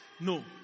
No